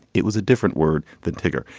it was a different word than tiger.